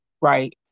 right